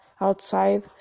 Outside